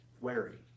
wary